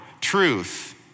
truth